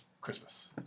Christmas